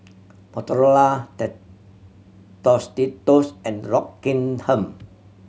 Motorola Tostitos and Rockingham